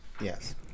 Yes